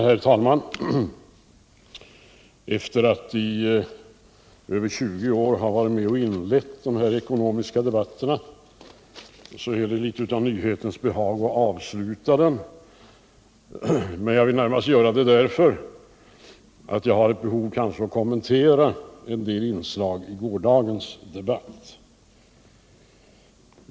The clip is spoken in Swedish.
Herr talman! Efter att i över 20 år ha varit med om att inleda ekonomiska debatter är det litet av nyhetens behag för mig att avsluta denna debatt. Men jag vill gör det närmast därför att jag har ett behov av att kommentera en del inslag i gårdagens diskussion.